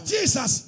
Jesus